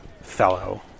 fellow